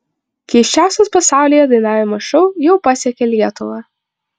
keisčiausias pasaulyje dainavimo šou jau pasiekė lietuvą